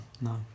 no